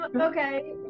Okay